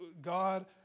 God